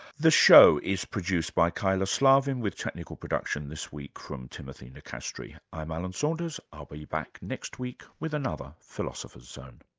the show is produced by kyla slaven with technical production this week from timothy nicastri. i'm alan saunders, i'll be back next week with another philosopher's zone